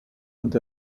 und